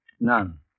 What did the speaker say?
None